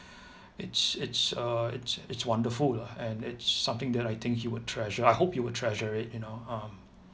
it's it's a it's it's wonderful lah and it's something that I think you would treasure I hope you would treasure it you know um